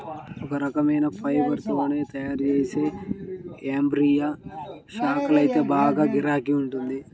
ఒక రకమైన ఫైబర్ తో తయ్యారుజేసే ఎంబ్రాయిడరీ శాల్వాకైతే బాగా గిరాకీ ఉందంట